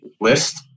list